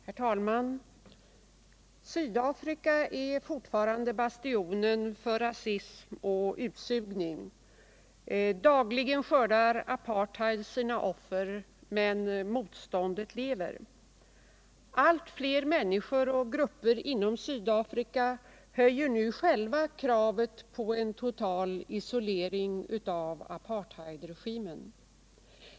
Herr talman ! Sydafrika är fortfarande bastionen för rasism och utsugning. Dagligen skördar apartheid sina offer. Men motståndet lever. Allt flera människor och grupper inom Sydafrika höjer nu själva kravet på en total isolering av apartheidregimen.